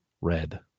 red